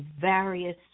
various